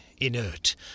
Inert